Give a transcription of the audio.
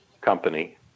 company